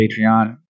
Patreon